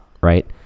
Right